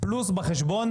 פלוס בחשבון